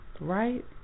Right